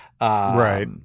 right